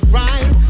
right